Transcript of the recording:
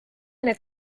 need